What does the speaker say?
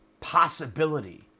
possibility